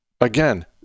again